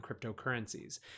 cryptocurrencies